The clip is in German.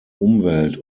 umwelt